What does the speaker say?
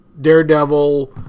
Daredevil